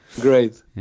Great